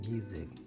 music